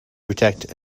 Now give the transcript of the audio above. protect